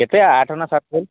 କେତେ ଆଠ ନା ସାତ କହିଲ